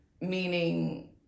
meaning